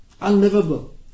unlivable